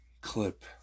clip